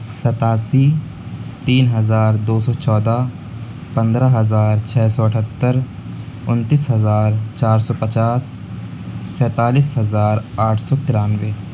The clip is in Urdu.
ستاسی تین ہزار دو سو چودہ پندرہ ہزار چھ سو اٹہتر انتیس ہزار چار سو پچاس سینتالیس ہزار آٹھ سو ترانوے